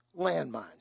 landmines